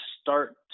start